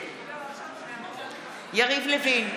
נגד יריב לוין,